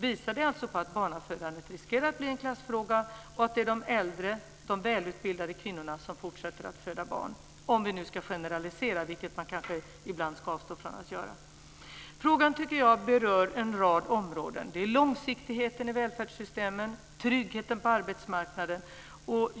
visar alltså att barnafödandet riskerar att bli en klassfråga och att det är de äldre och välutbildade kvinnorna som fortsätter att föda barn - om vi nu ska generalisera, vilket man ibland kanske ska avstå från att göra. Frågan berör en rad områden såsom långsiktigheten i välfärdssystemen och tryggheten på arbetsmarknaden.